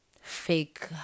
fake